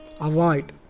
avoid